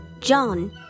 John